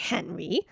Henry